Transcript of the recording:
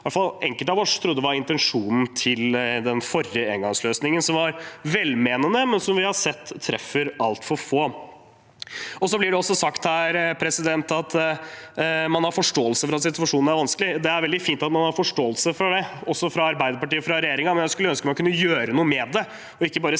enkelte av oss trodde var intensjonen med den forrige engangsløsningen – som var velmenende, men som vi ser treffer altfor få. Det blir sagt at man har forståelse for at situasjonen er vanskelig. Det er veldig fint at man har forståelse for det, også fra Arbeiderpartiets og regjeringens side, men jeg skulle ønske man kunne gjøre noe med det, ikke bare si at